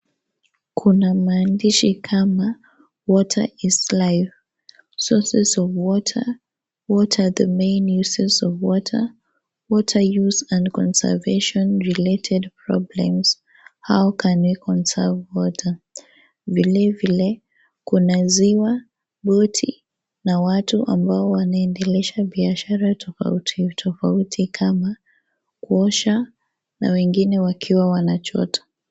Kuna maandishi kama water is life, sources of water, water, the main uses of water, what are use and conservation related problems, how can we conserve water . Vilevile, kuna ziwa, boti na watu ambao wanaendelesha biashara tofauti tofauti kama kuosha na wengine wakiwa wanachota.